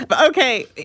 Okay